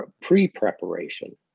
pre-preparation